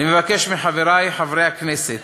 אני מבקש מחברי חברי הכנסת